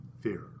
Fear